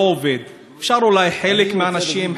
אפשר אולי חלק מהאנשים חלק מהזמן,